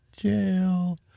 jail